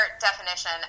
definition